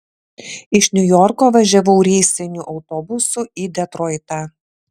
iš niujorko važiavau reisiniu autobusu į detroitą